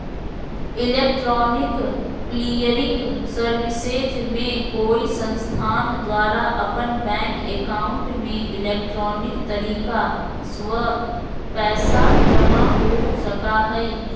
electronic clearing services में कोई संस्थान द्वारा अपन बैंक एकाउंट में इलेक्ट्रॉनिक तरीका स्व पैसा जमा हो सका हइ